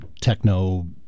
techno